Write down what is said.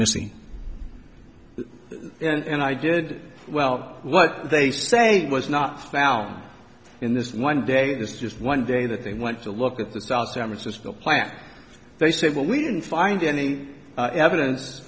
missing and i did well what they say was not found in this one day it's just one day that they went to look at the south san francisco plaque they said well we didn't find any evidence